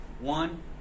one